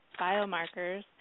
biomarkers